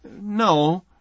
No